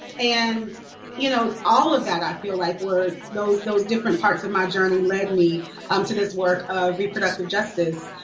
and you know, all of that i feel like those those different parts of my journey led me um to this work of reproductive justice,